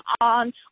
on